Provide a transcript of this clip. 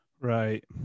Right